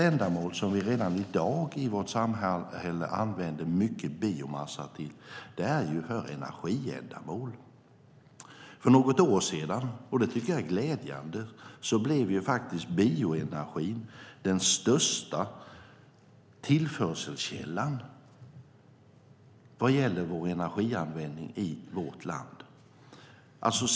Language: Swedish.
Redan i dag använder vi i vårt samhälle mycket biomassa för energiändamål. För något år sedan blev bioenergin glädjande den största tillförselkällan vad gäller energianvändningen i vårt land.